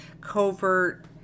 covert